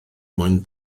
mwyn